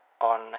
on